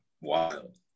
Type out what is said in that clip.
wild